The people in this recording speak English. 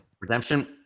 Redemption